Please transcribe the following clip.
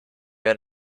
mir